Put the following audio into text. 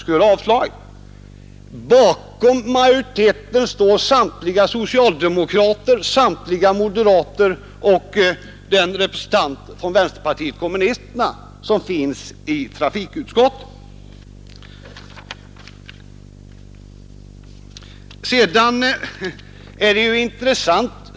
Men bakom majoriteten står samtliga socialdemokrater, samtliga moderater och den representant som vänsterpartiet kommunisterna har i trafikutskottet.